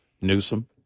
Newsom